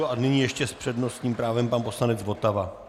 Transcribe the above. A nyní ještě s přednostním právem pan poslanec Votava.